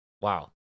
Wow